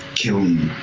kiln.